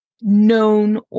known